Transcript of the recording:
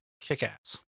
kick-ass